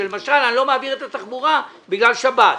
שלמשל אני לא מעביר את התחבורה בגלל שבת.